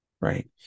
Right